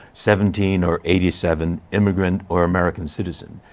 seventeen or eighty seven, immigrant or american citizen.